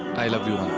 i love you